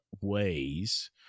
ways